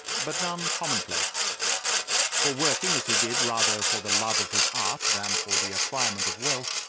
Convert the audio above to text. but none commonplace for, working as he did rather for the love of his art than for the acquirement of wealth,